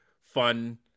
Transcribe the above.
fun